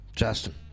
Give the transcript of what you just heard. Justin